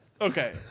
Okay